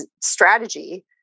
strategy